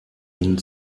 ihnen